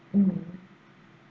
mm